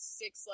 six